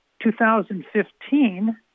2015